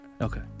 okay